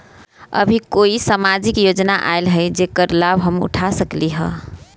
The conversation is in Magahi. अभी कोई सामाजिक योजना आयल है जेकर लाभ हम उठा सकली ह?